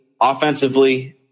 offensively